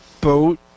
boat